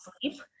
sleep